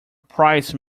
price